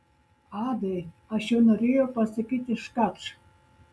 adai aš jau norėjau pasakyti škač